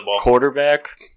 quarterback